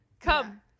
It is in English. come